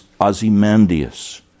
Ozymandias